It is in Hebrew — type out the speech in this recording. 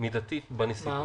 מידתית בנסיבות.